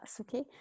okay